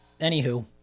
Anywho